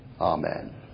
Amen